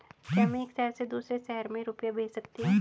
क्या मैं एक शहर से दूसरे शहर रुपये भेज सकती हूँ?